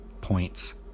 points